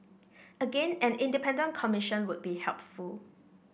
again an independent commission would be helpful